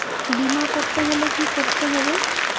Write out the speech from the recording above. বিমা করতে হলে কি করতে হবে?